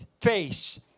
face